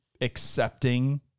accepting